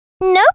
Nope